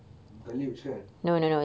bukan luga kan